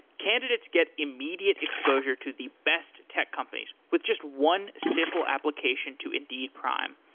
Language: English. candidates get immediate exposure to the best tech companies with just one simple application to indeed prime.